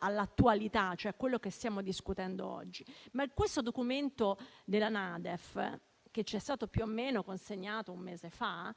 all'attualità, cioè quello che stiamo discutendo oggi. Il documento della NADEF, che ci è stato più o meno consegnato un mese fa,